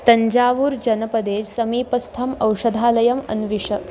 तञ्जावूर् जनपदे समीपस्थम् औषधालयम् अन्विष